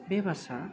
बे बासआ